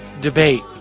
debate